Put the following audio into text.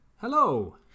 hello